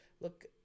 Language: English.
look